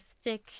stick